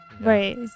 right